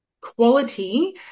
quality